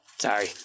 sorry